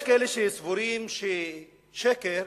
יש כאלה שסבורים ששקר,